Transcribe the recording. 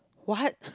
what